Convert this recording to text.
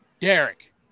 Derek